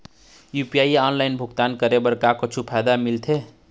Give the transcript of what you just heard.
UPI online भुगतान करे बर का कुछू फायदा मिलथे?